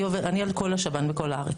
אני כל השב"ן בכל הארץ.